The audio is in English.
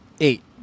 eight